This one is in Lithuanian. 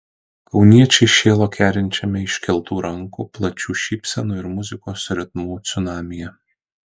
kauniečiai šėlo kerinčiame iškeltų rankų plačių šypsenų ir muzikos ritmų cunamyje